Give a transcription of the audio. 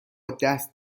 دست